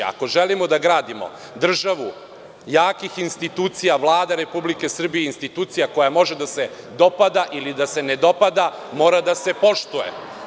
Ako želimo da gradimo državu jakih institucija, Vlada Republike Srbije je institucija koja može da se dopada ili da se ne dopada, mora da se poštuje.